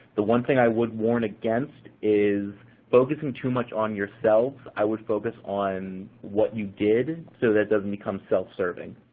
the one thing i would warn against is focusing too much on yourselves. i would focus on what you did, so that it doesn't become self-serving,